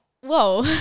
whoa